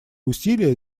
усилия